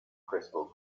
crystal